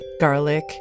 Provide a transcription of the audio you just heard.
garlic